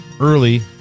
Early